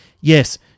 Yes